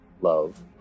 love